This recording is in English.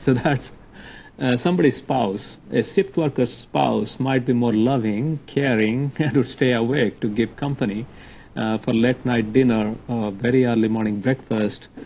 that's somebody's spouse, a shift worker's spouse might be more loving, caring, care to stay awake to give company for late night dinner or a very early morning breakfast,